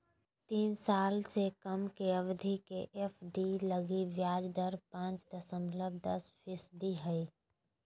तीन साल से कम के अवधि के एफ.डी लगी ब्याज दर पांच दशमलब दस फीसदी हइ